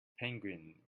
penguin